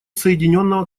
соединенного